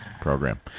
program